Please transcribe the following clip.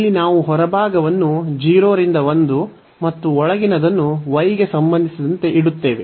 ಇಲ್ಲಿ ನಾವು ಹೊರಭಾಗವನ್ನು 0 ರಿಂದ 1 ಮತ್ತು ಒಳಗಿನದನ್ನು y ಗೆ ಸಂಬಂಧಿಸಿದಂತೆ ಇಡುತ್ತೇವೆ